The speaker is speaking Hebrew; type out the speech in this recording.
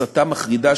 הסתה מחרידה,